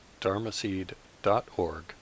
dharmaseed.org